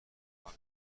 کار